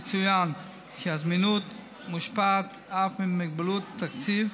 יצוין כי הזמינות מושפעת אף ממגבלות תקציב,